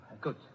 good